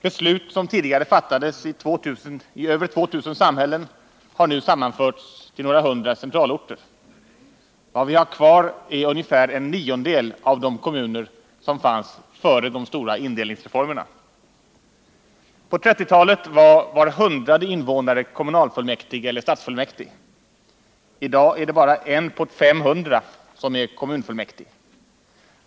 Beslut som tidigare fattades i över 2000 samhällen har nu sammanförts till några hundra centralorter. Vad vi har kvar är ungefär en niondel av de kommuner som fanns före de stora indelningsreformerna. Var hundrade invånare var på 1930-talet kommunalfullmäktig eller stadsfullmäktig. I dag är det bara 1 på 500 som är kommunfullmäktig.